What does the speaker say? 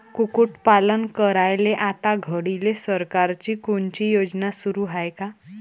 कुक्कुटपालन करायले आता घडीले सरकारची कोनची योजना सुरू हाये का?